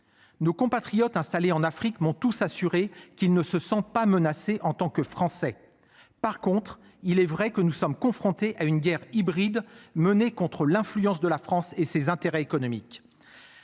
Nos compatriotes installés en Afrique m'ont tous assuré qu'il ne se sent pas menacé en tant que Français. Par contre il est vrai que nous sommes confrontés à une guerre hybride menée contre l'influence de la France et ses intérêts économiques.